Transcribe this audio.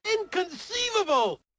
Inconceivable